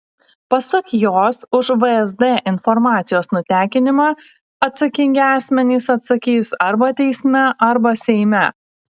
pasak jos už vsd informacijos nutekinimą atsakingi asmenys atsakys arba teisme arba seime